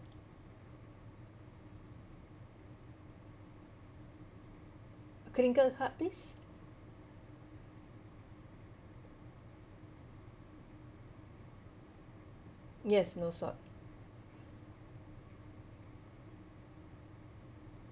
crinkle cut please yes no salt